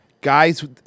Guys